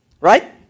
Right